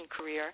career